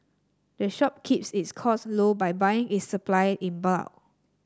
the shop keeps its costs low by buying its supply in bulk